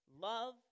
love